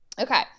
Okay